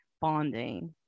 bonding